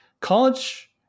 college